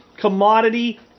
commodity